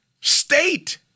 state